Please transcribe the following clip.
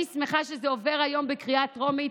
אני שמחה שזה עובר היום בקריאה טרומית.